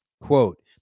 Quote